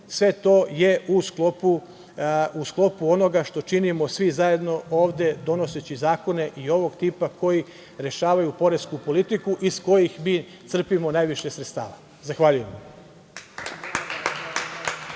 Sve je to u sklopu onoga što činimo svi zajedno ovde donoseći zakone i ovog tipa koji rešavaju poresku politiku iz kojih mi crpimo najviše sredstava. Zahvaljujem.